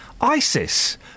ISIS